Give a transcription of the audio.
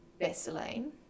Vaseline